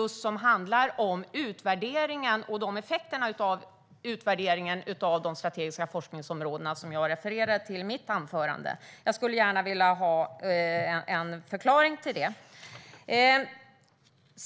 och som handlar just om utvärderingen och effekterna av utvärderingen av de strategiska forskningsområdena, som jag refererade till i mitt anförande. Jag skulle gärna vilja ha en förklaring till det.